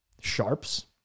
sharps